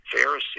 Pharisee